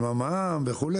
המע"מ ודברים כאלה,